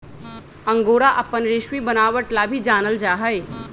angora अपन रेशमी बनावट ला भी जानल जा हई